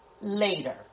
later